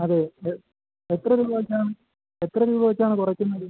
അതെ ഇത് എത്ര രൂപ വച്ചാണ് എത്ര രൂപ വച്ചാണ് കുറയ്ക്കുന്നത്